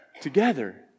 together